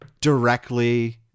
directly